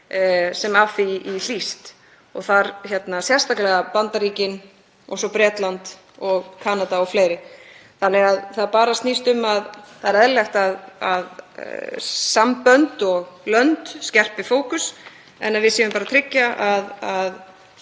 sem af því hlýst og þá sérstaklega Bandaríkin og Bretland og Kanada og fleiri. Þannig að það snýst bara um að það er eðlilegt að sambönd og lönd skerpi fókus, en að við séum bara tryggja að